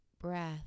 breath